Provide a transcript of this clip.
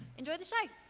enjoy the show.